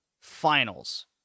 Finals